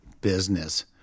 business